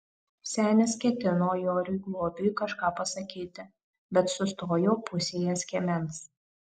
senis ketino joriui globiui kažką pasakyti bet sustojo pusėje skiemens